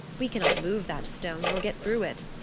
we cannot move that stone nor get through it,